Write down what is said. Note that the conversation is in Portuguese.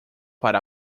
para